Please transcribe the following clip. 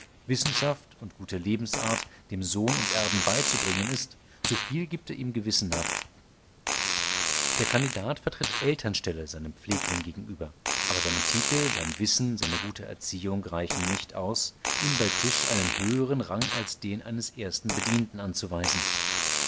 wissenschaft und gute lebensart dem sohn und erben beizubringen ist so viel gibt er ihm gewissenhaft der kandidat vertritt elternstelle seinem pflegling gegenüber aber seine titel sein wissen seine gute erziehung reichen nicht aus ihm bei tisch einen höheren rang als den eines ersten bedienten anzuweisen